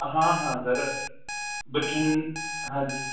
ਹਾਂ ਹਾਂ ਸਰ ਬਠਿੰ ਹਾਂਜੀ